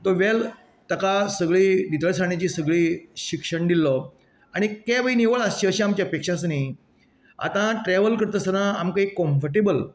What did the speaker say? तो वेल ताका सगळी नितळसाणेची सगळी शिक्षण दिल्लो आनी कॅब ही निवळ आसची अशी आमची अपेक्षा आसा न्ही आतां ट्रेवल करता आसतना आमकां एक कंम्फरटेबल